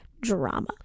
drama